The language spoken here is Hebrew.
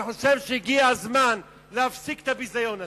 אני חושב שהגיע הזמן להפסיק את הביזיון הזה.